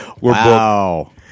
Wow